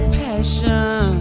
passion